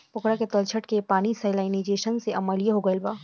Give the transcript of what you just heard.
पोखरा के तलछट के पानी सैलिनाइज़ेशन से अम्लीय हो गईल बा